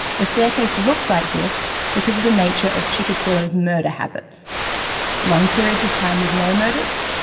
the staircase looks like this because of the nature of chikatilo's murder habits long periods of time with no murders,